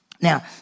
Now